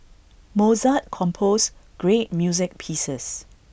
Mozart composed great music pieces